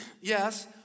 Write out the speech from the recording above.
Yes